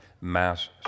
mass